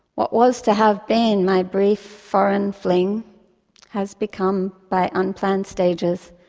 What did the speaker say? what was to have been my brief foreign fling has become, by unplanned stages,